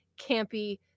campy